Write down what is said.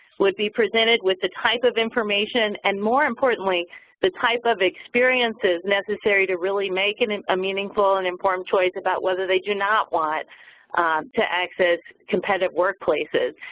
would be presented with the type of information and more importantly the type of experience is necessary to really make and it a meaningful and informed choice about whether they do not want to access competitive workplaces.